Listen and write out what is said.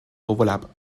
overlap